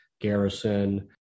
Garrison